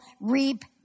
reap